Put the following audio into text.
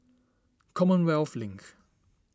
Commonwealth Link